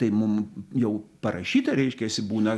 tai mum jau parašyta reiškiasi būna